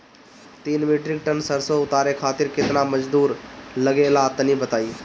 तीन metric tonne सरसो उतारे खातिर केतना मजदूरी लगे ला तनि बताई?